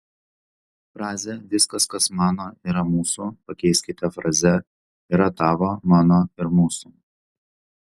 frazę viskas kas mano yra mūsų pakeiskite fraze yra tavo mano ir mūsų